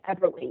Everly